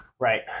Right